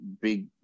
big